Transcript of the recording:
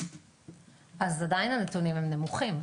עדיין הנתונים הם נמוכים.